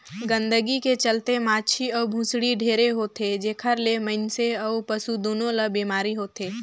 गंदगी के चलते माछी अउ भुसड़ी ढेरे होथे, जेखर ले मइनसे अउ पसु दूनों ल बेमारी होथे